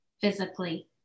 physically